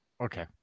Okay